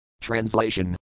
Translation